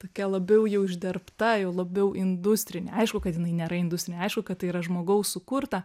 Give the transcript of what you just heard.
tokia labiau jau išdirbta jau labiau industrinė aišku kad jinai nėra industrinė aišku kad tai yra žmogaus sukurta